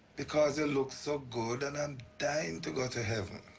because you look so good, and i'm dying to go to heaven.